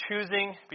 choosing